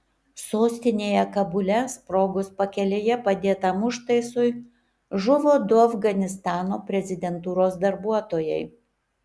sostinėje kabule sprogus pakelėje padėtam užtaisui žuvo du afganistano prezidentūros darbuotojai